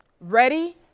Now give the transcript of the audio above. Ready